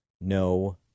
No